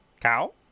Cow